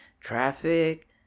traffic